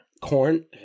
Corn